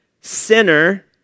sinner